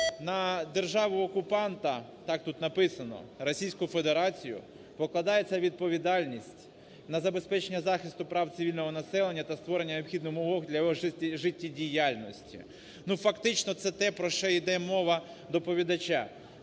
на державу-окупанта, так тут написано, Російську Федерацію покладається відповідальність на забезпечення захисту прав цивільного населення та створення необхідних умов для його життєдіяльності. Ну, фактично, це те, про що іде мова доповідача.